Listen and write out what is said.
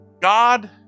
God